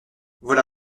voilà